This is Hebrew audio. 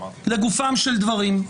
לגופם של דברים.